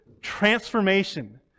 transformation